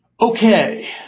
Okay